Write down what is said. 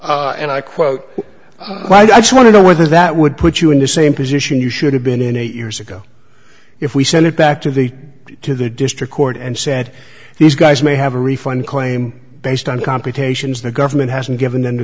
and i quote i just want to know whether that would put you in the same position you should have been in eight years ago if we sent it back to the to the district court and said these guys may have a refund claim based on computations the government hasn't given them t